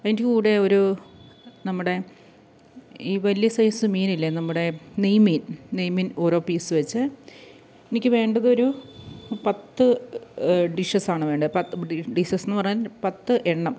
അതിൻ്റെ കൂടെ ഒരൂ നമ്മുടെ ഈ വലിയ സൈസ് മീനില്ലേ നമ്മുടെ നെയ്മീൻ നെയ്മീൻ ഒരോ പീസ് വെച്ച് എനിക്ക് വേണ്ടതൊരു പത്ത് ഡിഷെസാണ് വേണ്ടെ പത്ത് ഡി ഡിഷെസെന്ന് പറയാൻ പത്ത് എണ്ണം